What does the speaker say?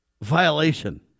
violation